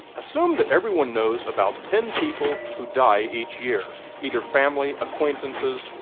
assume that everyone knows about ten people who die each year either family, acquaintances,